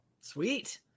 Sweet